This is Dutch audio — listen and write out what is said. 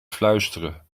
fluisteren